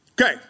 Okay